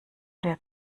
wir